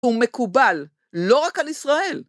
הוא מקובל, לא רק על ישראל.